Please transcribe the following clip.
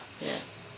Yes